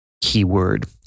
keyword